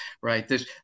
right